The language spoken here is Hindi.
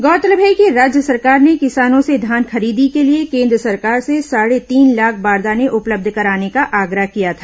गौरतलब है कि राज्य सरकार ने किसानों से धान खरीदी के लिए केन्द्र सरकार से साढ़े तीन लाख बारदाने उपलब्ध कराने का आग्रह किया था